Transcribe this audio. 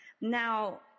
Now